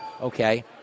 Okay